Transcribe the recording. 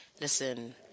listen